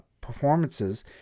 performances